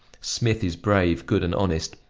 smith is brave, good and honest,